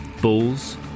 bulls